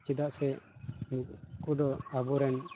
ᱪᱮᱫᱟᱜ ᱥᱮ ᱱᱩᱠᱩ ᱫᱚ ᱟᱵᱚᱨᱮᱱ